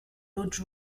l’autre